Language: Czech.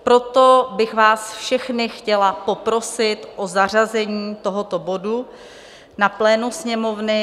Proto bych vás všechny chtěla poprosit o zařazení tohoto bodu na plénu Sněmovny.